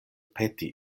peti